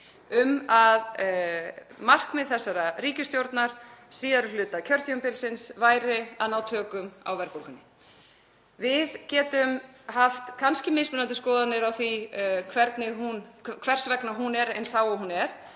um að markmið þessarar ríkisstjórnar síðari hluta kjörtímabilsins væri að ná tökum á verðbólgunni. Við getum kannski haft mismunandi skoðanir á því hvers vegna hún er eins og hún er,